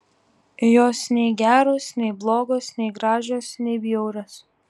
jos nei geros nei blogos nei gražios nei bjaurios